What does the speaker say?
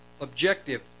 objective